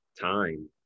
time